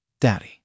daddy